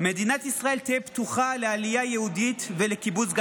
"מדינת ישראל תהא פתוחה לעלייה יהודית ולקיבוץ גלויות".